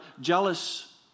jealous